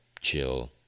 chill